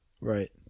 Right